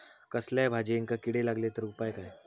कसल्याय भाजायेंका किडे लागले तर उपाय काय?